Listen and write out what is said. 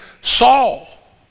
Saul